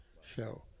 show